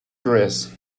dress